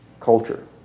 culture